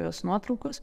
jos nuotraukos